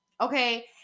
Okay